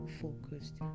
focused